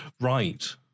Right